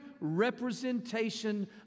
representation